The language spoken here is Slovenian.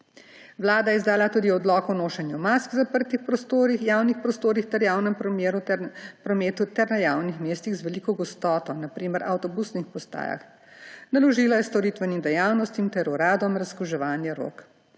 Vlada je izdala tudi odlok o nošenju mask v zaprtih prostorih, javnih prostorih ter javnem prometu in na javnih mestih z veliko gostoto, na primer avtobusnih postajah. Naložila je storitvenim dejavnostim ter uradom razkuževanje rok.